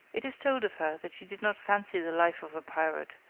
it is told of her that she did not fancy the life of a pirate,